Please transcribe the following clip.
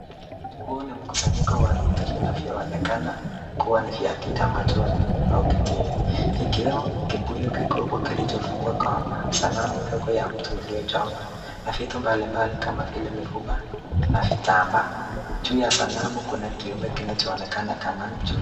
Huu ni mkusanyiko wa vitu vinavyo onekana kuwa ni vya kitamaduni au kitini ikiwemo kibuyu kikubwa kilicho fungwa hapa, sanamu ndogo ya mtu iliyochongwa na vitu mbalimbali kama vile mifuba na vitambaa